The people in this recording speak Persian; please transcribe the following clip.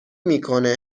میکنه